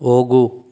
ಹೋಗು